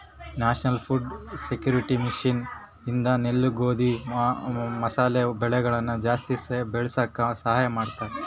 national food security mission ಇಂದ ನೆಲ್ಲು ಗೋಧಿ ಮಸಾಲೆ ಬೆಳೆಗಳನ ಜಾಸ್ತಿ ಬೆಳಸಾಕ ಸಹಾಯ ಮಾಡ್ತಾರ